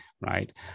right